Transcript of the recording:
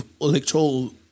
electoral